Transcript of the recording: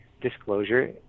disclosure